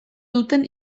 duten